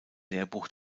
lehrbuch